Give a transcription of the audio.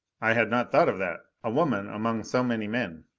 i had not thought of that a woman among so many men!